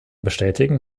bestätigen